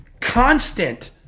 constant